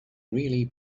really